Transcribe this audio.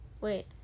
Wait